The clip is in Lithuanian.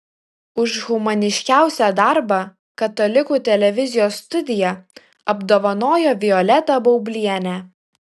už humaniškiausią darbą katalikų televizijos studija apdovanojo violetą baublienę